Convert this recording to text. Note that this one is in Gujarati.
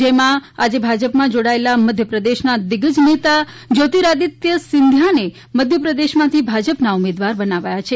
જેમાં આજે ભાજપમાં જોડાયેલા મધ્યપ્રદેશના દિગ્ઝજ નેતા જ્યોતિરાદિત્ય સિંઘિયાને મધ્યપ્રદેશમાંથી ભાજપના ઉમેદવાર બનાવાયા છે